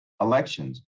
elections